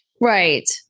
Right